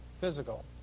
physical